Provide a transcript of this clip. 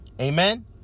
Amen